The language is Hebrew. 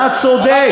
אתה צודק.